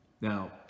now